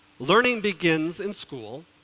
learning begins in school,